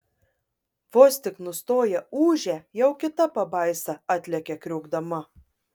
vos tik nustoja ūžę jau kita pabaisa atlekia kriokdama